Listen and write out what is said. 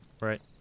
Right